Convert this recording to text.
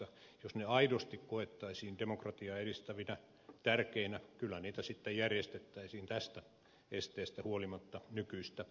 jos ne aidosti koettaisiin demokratiaa edistävinä tärkeinä kyllä niitä sitten järjestettäisiin tästä esteestä huolimatta nykyistäkin useammin